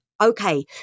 okay